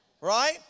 right